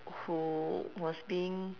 who was being